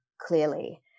clearly